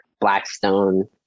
Blackstone